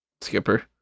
Skipper